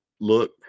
look